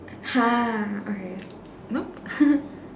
!huh! okay nope